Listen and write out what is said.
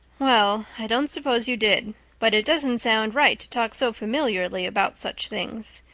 well i don't suppose you did but it doesn't sound right to talk so familiarly about such things.